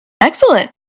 Excellent